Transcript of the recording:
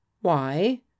Why